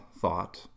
thought